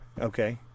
Okay